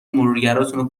مرورگراتونو